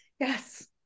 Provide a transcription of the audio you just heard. Yes